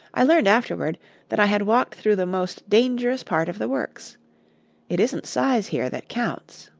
i learned afterward that i had walked through the most dangerous part of the works it isn't size here that counts.